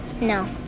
No